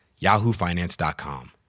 yahoofinance.com